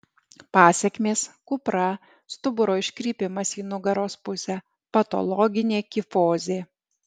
pasekmės kupra stuburo iškrypimas į nugaros pusę patologinė kifozė